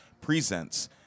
presents